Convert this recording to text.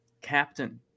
captain